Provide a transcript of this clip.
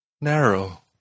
narrow